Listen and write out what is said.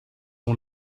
ont